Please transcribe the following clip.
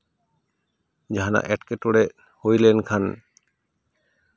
ᱡᱟᱦᱟᱱᱟᱜ ᱮᱴᱠᱮᱴᱚᱬᱮ ᱦᱩᱭ ᱞᱮᱱᱠᱷᱟᱱ